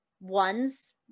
Ones